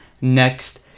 next